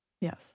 Yes